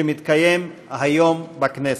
שמתקיים היום בכנסת.